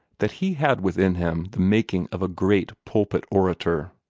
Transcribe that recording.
that he had within him the making of a great pulpit orator.